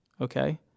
okay